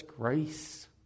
grace